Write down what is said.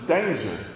Danger